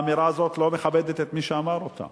האמירה הזאת לא מכבדת את מי שאמר אותה